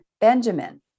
Benjamin